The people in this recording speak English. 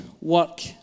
work